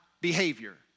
behavior